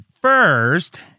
First